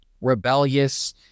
rebellious